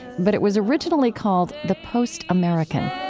but it was originally called the post american